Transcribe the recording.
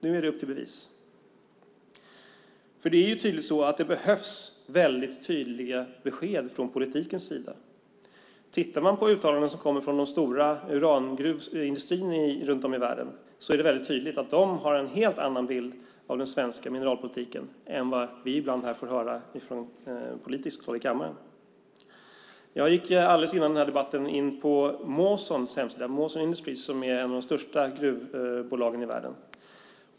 Nu är det upp till bevis. Det behövs väldigt tydliga besked från politiken. Tittar man på de uttalanden som kommer från de stora urangruvsindustrierna runt om i världen är det väldigt tydligt att de har en helt annan bild av den svenska mineralpolitiken än vad vi ibland får höra från politiskt håll här i kammaren. Jag gick alldeles innan den här debatten började in på Mawson Industries hemsida. Det är ett av de största gruvbolagen i världen.